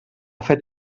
fet